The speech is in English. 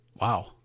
Wow